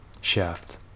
shaft